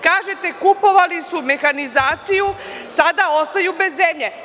Kažete – kupovali su mehanizaciju, sada ostaju bez zemlje.